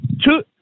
two